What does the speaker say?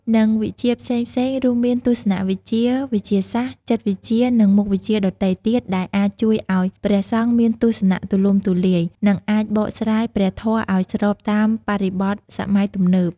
និងវិជ្ជាផ្សេងៗ រួមមានទស្សនវិជ្ជា វិទ្យាសាស្ត្រ ចិត្តវិទ្យា និងមុខវិជ្ជាដទៃទៀតដែលអាចជួយឱ្យព្រះសង្ឃមានទស្សនៈទូលំទូលាយ និងអាចបកស្រាយព្រះធម៌ឱ្យស្របតាមបរិបទសម័យទំនើប។